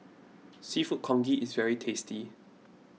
Seafood Congee is very tasty